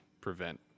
prevent